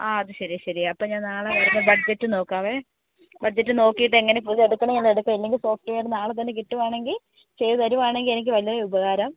ആ അതു ശരി ശരിയാണ് അപ്പം ഞാൻ നാളെ ബഡ്ജറ്റ് നോക്കാമേ ബഡ്ജറ്റ് നോക്കിയിട്ട് എങ്ങനെ പുതിയത് എടുക്കുന്നേ എന്ന് ഞാൻ എടുക്കുക ഇല്ലെങ്കിൽ സോഫ്റ്റ് വെയർ നാളെ തന്നെ കിട്ടുകയാണെങ്കിൽ ചെയ്തു തരികയാണെങ്കിൽ എനിക്ക് വളരെ ഉപകാരം